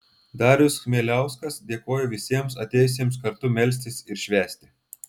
darius chmieliauskas dėkojo visiems atėjusiems kartu melstis ir švęsti